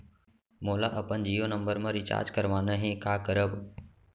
मोला अपन Jio number म रिचार्ज करवाना हे, का करव?